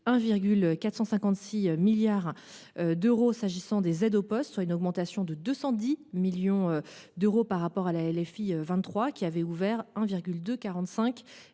1,46 milliard d’euros pour les aides aux postes, soit une augmentation de 210 millions par rapport à la LFI 2023, qui avait ouvert 1,25